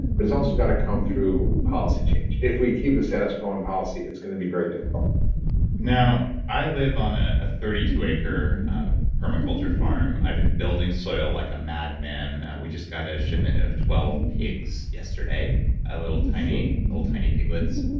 but it's also got to come through policy change. if we keep the status quo in policy, it's going to be very difficult now, i live on ah a thirty two acre permaculture farm. i've been building soil like a madman. we just got a shipment of twelve pigs yesterday ah of little tiny piglets,